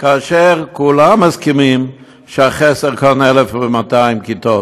כאשר כולם מסכימים שהחסר כאן הוא 1,200 כיתות.